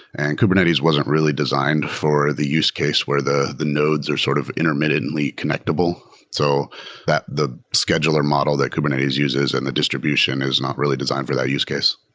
and kubernetes wasn't really designed for the use case where the the nodes are sort of intermittently connectible. so the scheduler model that kubernetes uses and the distribution is not really designed for that use case.